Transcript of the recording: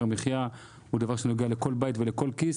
המחיה הוא דבר שנוגע לכל בית ולכל כיס,